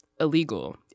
illegal